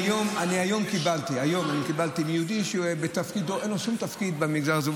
היום קיבלתי מיהודי שאין לו שום תפקיד במגזר הזה,